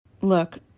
Look